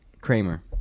Kramer